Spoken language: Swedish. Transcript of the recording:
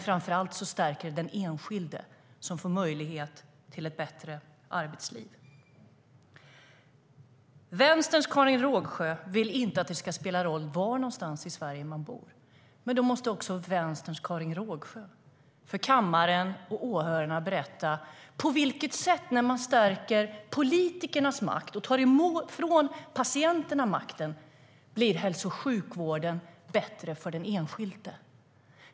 Framför allt stärker det den enskilde som får möjlighet till ett bättre arbetsliv. Vänsterns Karin Rågsjö vill inte att det ska spela någon roll var någonstans i Sverige man bor. Då måste också Vänsterns Karin Rågsjö för kammaren och åhörarna berätta: När man stärker politikernas makt och tar ifrån patienterna makten, på vilket sätt blir hälso och sjukvården bättre för den enskilde?